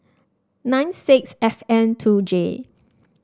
nine six F N two J